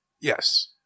Yes